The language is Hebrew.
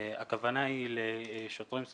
והכוונה היא לשוטרים,